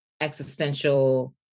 existential